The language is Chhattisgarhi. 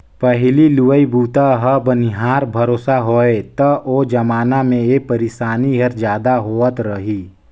पहिली लुवई बूता ह बनिहार भरोसा होवय त ओ जमाना मे ए परसानी हर जादा होवत रही